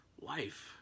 life